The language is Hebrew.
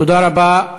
תודה רבה.